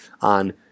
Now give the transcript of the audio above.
on